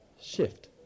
shift